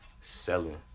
selling